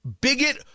bigot